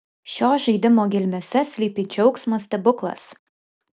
šio žaidimo gelmėse slypi džiaugsmo stebuklas